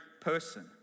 person